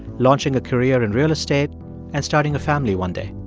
launching a career in real estate and starting a family one day.